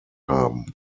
haben